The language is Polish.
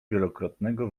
wielokrotnego